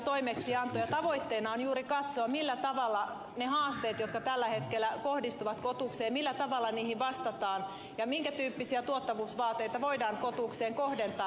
tavoitteena on juuri katsoa millä tavalla niihin haasteisiin jotka tällä hetkellä kohdistuvat kotukseen vastataan ja minkä tyyppisiä tuottavuusvaateita voidaan kotukseen kohdentaa